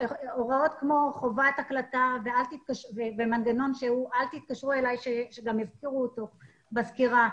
הוראות כמו חובת הקלטה ומנגנון שהוא אל תתקשרו אלי שהזכירו אותו בסקירה.